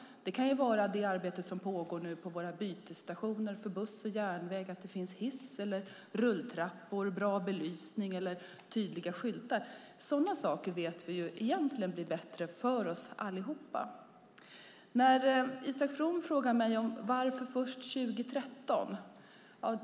Det kan handla om det arbete som nu pågår på våra bytesstationer för buss och järnväg och att det finns hiss, rulltrappor, bra belysning eller tydliga skyltar. Sådana saker, vet vi, blir egentligen bättre för oss alla. Isak From frågar mig varför det blir först 2013.